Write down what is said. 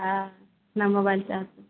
अऽ न मोबाइल चाही